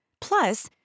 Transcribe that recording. Plus